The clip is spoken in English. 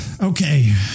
Okay